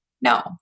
no